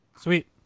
Sweet